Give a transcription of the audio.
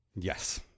Yes